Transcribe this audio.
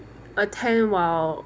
attend while